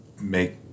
make